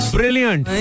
Brilliant